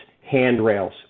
handrails